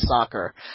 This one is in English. soccer